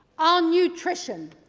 our nutrition,